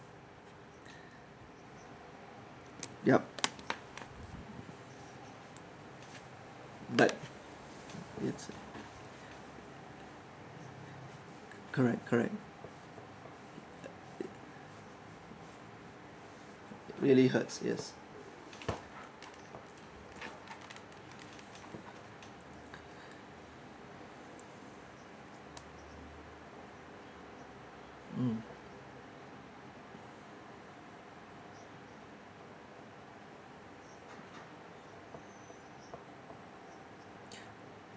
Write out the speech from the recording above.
yup but it's correct correct really hurts yes mm